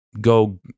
go